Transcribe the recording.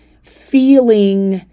feeling